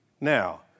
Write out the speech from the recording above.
Now